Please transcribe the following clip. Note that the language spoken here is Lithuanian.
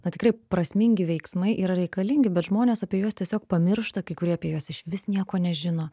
na tikrai prasmingi veiksmai yra reikalingi bet žmonės apie juos tiesiog pamiršta kai kurie apie juos išvis nieko nežino